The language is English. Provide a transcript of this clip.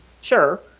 sure